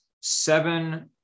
seven